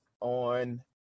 on